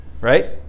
Right